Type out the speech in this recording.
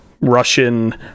Russian